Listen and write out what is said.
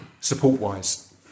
support-wise